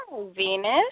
Venus